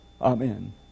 Amen